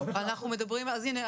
אז הינה,